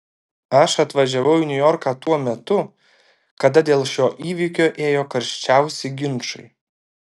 aš atvažiavau į niujorką tuo metu kada dėl šio įvykio ėjo karščiausi ginčai